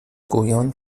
گویان